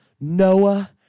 Noah